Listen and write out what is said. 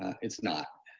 it's not.